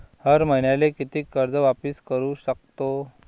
हर मईन्याले कितीक कर्ज वापिस करू सकतो?